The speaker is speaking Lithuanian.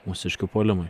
mūsiškių puolimui